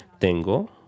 Tengo